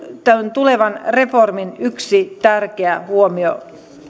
tämän tulevan reformin yksi tärkeä huomio